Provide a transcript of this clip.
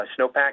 Snowpack